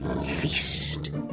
feast